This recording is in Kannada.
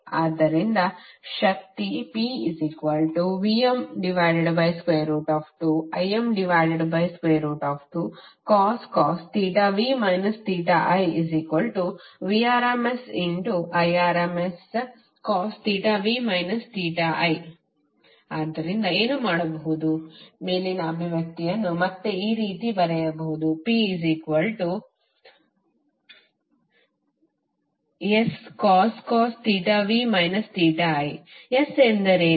ಆದ್ದರಿಂದ ಶಕ್ತಿ PVm2Im2cos v i Vrms Irmscosv i ಆದ್ದರಿಂದ ಏನು ಮಾಡಬಹುದು ಮೇಲಿನ ಅಭಿವ್ಯಕ್ತಿಯನ್ನು ಮತ್ತೆ ಈ ರೀತಿ ಬರೆಯಬಹುದು P Scos v i S ಎಂದರೇನು